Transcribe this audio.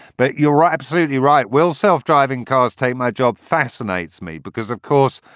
but you're right. absolutely right. well, self-driving cars take my job fascinates me because, of course,